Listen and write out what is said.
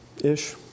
ish